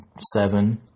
seven